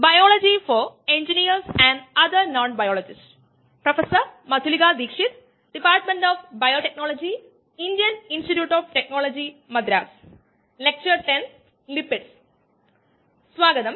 ബയോറിയാക്ടറുകളെ കുറിച്ചുള്ള ഈ NPTEL online certification കോഴ്സിന്റെ ലെക്ചർ നമ്പർ 5 ലേക്ക് സ്വാഗതം